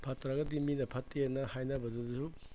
ꯐꯠꯇ꯭ꯔꯒꯗꯤ ꯃꯤꯅ ꯐꯠꯇꯦꯅ ꯍꯥꯏꯅꯕꯗꯨꯁꯨ